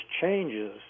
changes